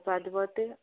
അപ്പം അതുപോലത്തെ